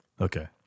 Okay